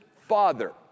father